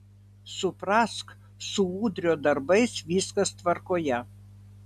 suprask su udrio darbais viskas tvarkoje